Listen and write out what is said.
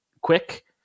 quick